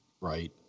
right